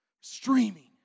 Streaming